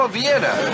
Vienna